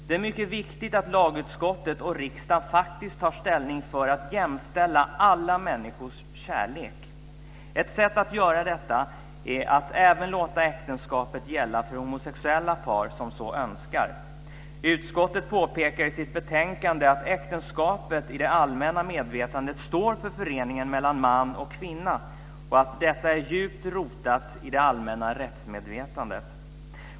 Det är mycket viktigt att lagutskottet och riksdagen faktiskt tar ställning för att jämställa alla människors kärlek. Ett sätt att göra detta är att även låta äktenskapet gälla för homosexuella par som så önskar. Utskottet påpekar i sitt betänkande att äktenskapet i det allmänna medvetandet står för föreningen mellan man och kvinna och att detta är djupt rotat i det allmänna rättsmedvetandet.